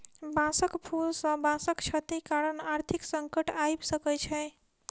बांसक फूल सॅ बांसक क्षति कारण आर्थिक संकट आइब सकै छै